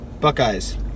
Buckeyes